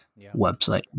website